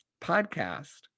podcast